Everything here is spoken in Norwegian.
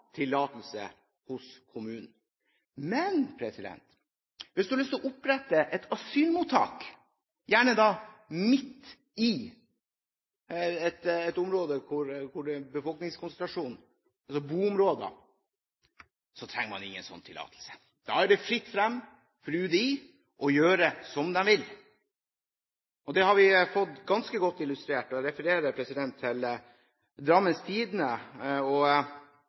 tillatelse fra kommunen. Du kan ikke oppføre et stabbur uten å ha tillatelse fra kommunen. Men hvis du har lyst til å opprette et asylmottak, gjerne midt i et boområde, trenger du ingen tillatelse. Da er det fritt frem for UDI å gjøre som de vil. Det har vi fått ganske godt illustrert. Jeg refererer til Drammens Tidende og